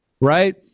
right